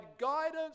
guidance